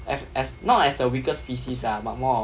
as as not as a weaker species ah but more of